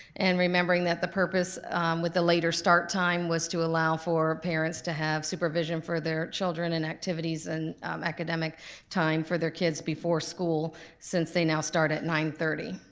and, remembering that the purpose with the later start time was to allow for parents to have supervision for their children and activities and academic time for their kids before school since they now start at nine thirty.